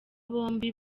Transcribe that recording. bombi